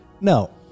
No